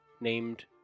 named